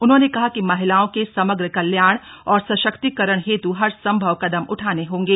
उन्होंने कहा कि महिलाओं के समग्र कल्याण और सशक्तीकरण हेतु हर संभव कदम उठाने होंगे